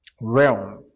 realm